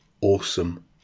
awesome